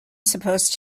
supposed